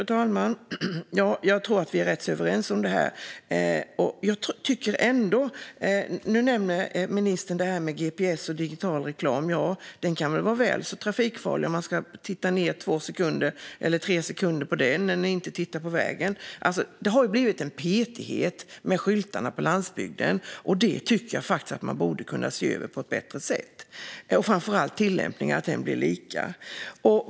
Fru talman! Jag tror att vi är rätt så överens. Nu nämner ministern gps och digital reklam, men det kan vara väl så trafikfarligt om man ska titta två eller tre sekunder på gps:en i stället för på vägen. Det har blivit en petighet när det gäller skyltarna på landsbygden, och den frågan borde man kunna se över på ett bättre sätt. Det gäller framför allt att tillämpningen blir lika.